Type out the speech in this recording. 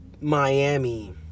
Miami